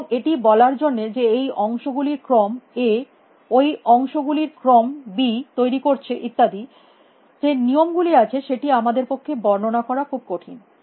এবং এটি বলার জন্য যে এই অংশ গুলির ক্রম A ওই অংশ গুলির ক্রম B তৈরী করছে ইত্যাদি যে নিয়ম গুলি আছে সেটি আমাদের পক্ষে বর্ণনা করা খুব কঠিন